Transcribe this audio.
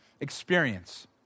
experience